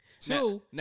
Two